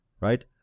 Right